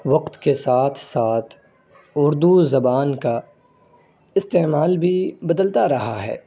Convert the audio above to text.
وقت کے ساتھ ساتھ اردو زبان کا استعمال بھی بدلتا رہا ہے